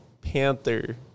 Panther